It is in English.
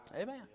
Amen